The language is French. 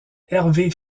hervé